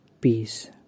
Peace